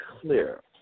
clear